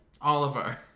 Oliver